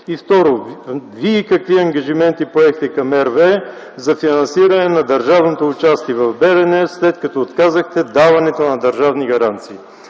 въпрос: Вие какви ангажименти поехте към RWE за финансиране на държавното участие в „Белене”, след като отказахте даването на държавни гаранции?